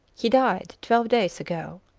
he died twelve days ago,